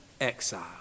exile